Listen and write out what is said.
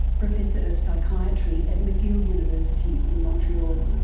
professor of psychiatry at mcgill university in montreal.